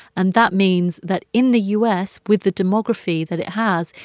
and that means that in the u s, with the demography that it has,